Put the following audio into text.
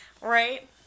right